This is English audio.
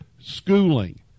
schooling